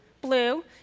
Blue